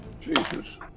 Jesus